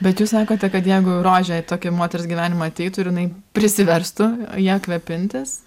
bet jūs sakote kad jeigu rožė į tokį moters gyvenimą ateitų ir jinai prisiverstų ja kvėpintis